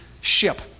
ship